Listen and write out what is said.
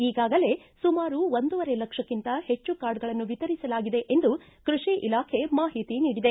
ಈಗಾಗಲೇ ಸುಮಾರು ಒಂದೂವರೆ ಲಕ್ಷಕಿಂತ ಹೆಚ್ಚು ಕಾರ್ಡ್ಗಳನ್ನು ವಿತರಿಸಲಾಗಿದೆ ಎಂದು ಕೃಷಿ ಇಲಾಖೆ ಮಾಹಿತಿ ನೀಡಿದೆ